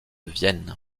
vienne